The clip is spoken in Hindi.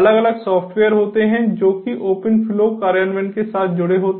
अलग अलग सॉफ़्टवेयर होते हैं जो कि ओपन फ्लो कार्यान्वयन के साथ जुड़े होते हैं